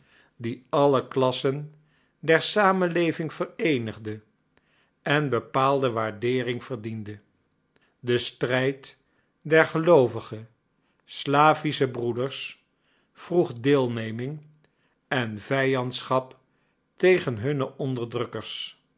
die alle klassen der samenleving vereenigde en bepaalde waardering verdiende de strijd der geloovige slavische broeders vroeg deelneming en vijandschap tegen hunne onderdrukkers